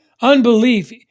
Unbelief